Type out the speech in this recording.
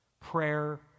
Prayer